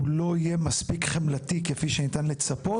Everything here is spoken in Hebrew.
לא יהיה מספיק חמלתי כפי שניתן לצפות.